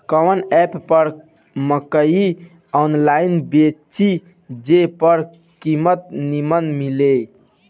कवन एप पर मकई आनलाइन बेची जे पर कीमत नीमन मिले?